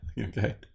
okay